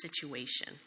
situation